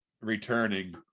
returning